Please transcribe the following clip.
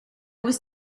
was